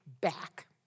back